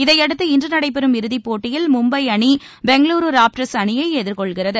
இதையடுத்து இன்று நடைபெறும் இறுதிப் போட்டியில் மும்பை அணி பெங்களூரு ராப்டர்ஸ் அணியை எதிர்கொள்கிறது